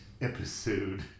episode